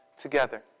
together